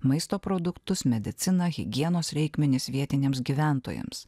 maisto produktus mediciną higienos reikmenis vietiniams gyventojams